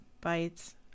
bites